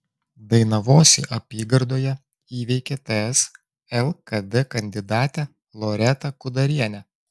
dainavosi apygardoje įveikė ts lkd kandidatę loretą kudarienę